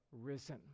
risen